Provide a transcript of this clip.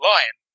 Lion